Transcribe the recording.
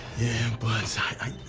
but i